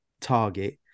target